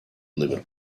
liver